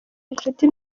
inshuti